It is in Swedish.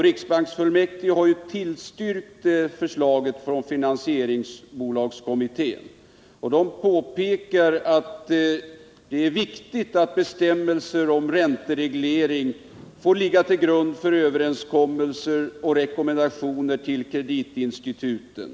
Riksbanksfullmäktige har tillstyrkt förslaget från finansieringsbolagskommittén och påpekat att det är viktigt att bestämmelserna om räntereglering får ligga till grund för överenskommelser och rekommendationer till kreditinstituten.